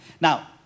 Now